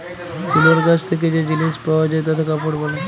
তুলর গাছ থেক্যে যে জিলিস পাওয়া যায় তাতে কাপড় বালায়